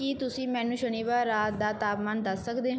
ਕੀ ਤੁਸੀਂ ਮੈਨੂੰ ਸ਼ਨੀਵਾਰ ਰਾਤ ਦਾ ਤਾਪਮਾਨ ਦੱਸ ਸਕਦੇ